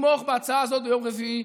לתמוך בהצעה הזאת ביום רביעי,